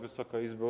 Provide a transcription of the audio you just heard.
Wysoka Izbo!